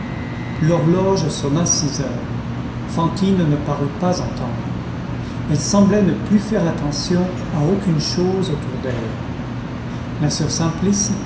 l'horloge sonna six heures fantine ne parut pas entendre elle semblait ne plus faire attention à aucune chose autour d'elle la soeur simplice